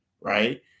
right